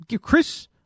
Chris